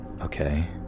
Okay